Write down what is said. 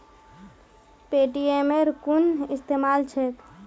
पेटीएमेर कुन इस्तमाल छेक